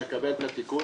אני מקבל את התיקון.